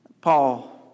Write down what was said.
Paul